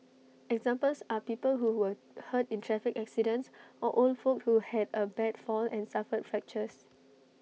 examples are people who were hurt in traffic accidents or old folk who had A bad fall and suffered fractures